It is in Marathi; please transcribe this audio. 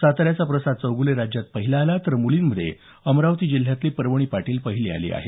साताऱ्याचा प्रसाद चौग़लै राज्यात पहिला आला तर मुलींमध्ये अमरावती जिल्ह्यातली पर्वणी पाटील पहिली आली आहे